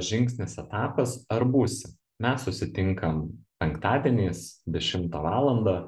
žingsnis etapas ar būsi mes susitinkam penktadieniais dešimtą valandą